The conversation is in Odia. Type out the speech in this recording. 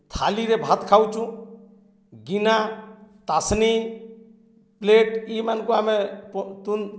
ଥାଲିରେ ଭାତ୍ ଖାଉଚୁଁ ଗିନା ତାସ୍ନି ପ୍ଲେଟ୍ ଇମାନ୍କୁ ଆମେ ତୁନ୍